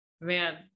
man